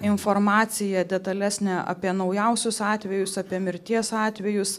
informacija detalesnė apie naujausius atvejus apie mirties atvejus